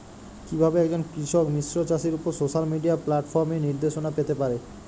কিভাবে একজন কৃষক মিশ্র চাষের উপর সোশ্যাল মিডিয়া প্ল্যাটফর্মে নির্দেশনা পেতে পারে?